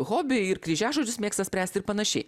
hobį ir kryžiažodžius mėgsta spręsti ir panašiai